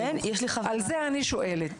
זו השאלה